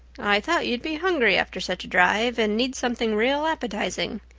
i thought you'd be hungry after such a drive and need something real appetizing.